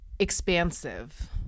expansive